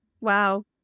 Wow